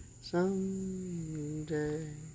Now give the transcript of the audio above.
someday